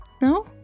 No